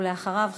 ואחריו,